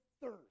thirst